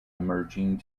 emerging